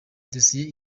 dossier